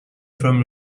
from